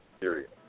period